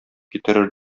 китерер